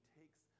takes